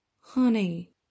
Honey